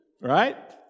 Right